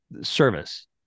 service